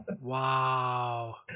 Wow